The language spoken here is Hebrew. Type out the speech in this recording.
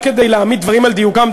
רק כדי להעמיד דברים על דיוקם,